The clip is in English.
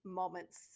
moments